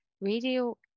Radio